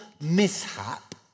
mishap